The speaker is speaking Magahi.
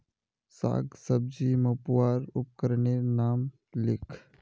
साग सब्जी मपवार उपकरनेर नाम लिख?